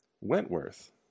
Wentworth